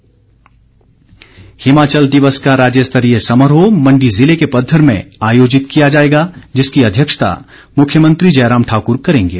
हिमाचल दिवस हिमाचल दिवस का राज्य स्तरीय समारोह मण्डी जिले के पधर में आयोजित किया जाएगा जिसकी अध्यक्षता मुख्यमंत्री जयराम ठाकुर करेंगे